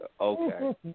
Okay